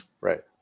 right